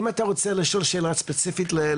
אם אתה רוצה לשאול שאלה ספציפית למשרד התחבורה.